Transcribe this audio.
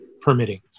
permitting